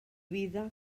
vida